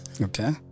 Okay